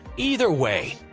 either way,